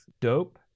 dope